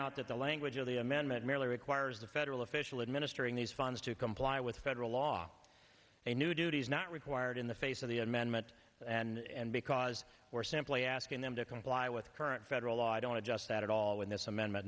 out that the language of the amendment merely requires the federal official administering these funds to comply with federal law a new duties not required in the face of the amendment and because we're simply asking them to comply with current federal law i don't adjust at all in this amendment